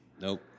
Nope